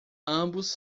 ambos